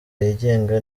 yigenga